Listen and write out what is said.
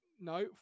no